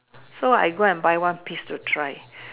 so I go one by one piece to try